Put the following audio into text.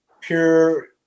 pure